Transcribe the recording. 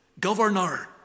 Governor